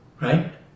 Right